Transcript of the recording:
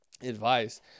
advice